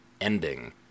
ending